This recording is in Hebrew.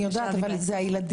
אני יודעת, אבל אלה הילדים.